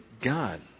God